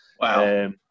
Wow